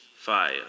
fire